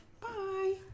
Bye